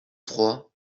trois